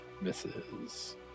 misses